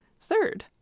Third